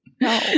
No